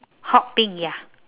hot pink ya